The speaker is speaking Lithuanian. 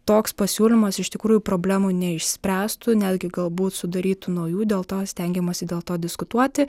toks pasiūlymas iš tikrųjų problemų neišspręstų netgi galbūt sudarytų naujų dėl to stengiamasi dėl to diskutuoti